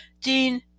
Dean